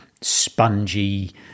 spongy